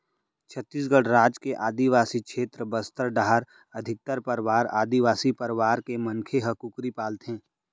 छत्तीसगढ़ राज के आदिवासी छेत्र बस्तर डाहर अधिकतर परवार आदिवासी परवार के मनखे ह कुकरी पालथें